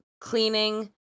cleaning